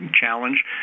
challenge